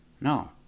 No